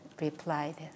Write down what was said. replied